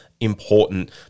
important